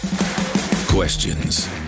Questions